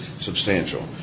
substantial